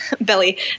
belly